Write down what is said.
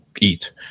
eat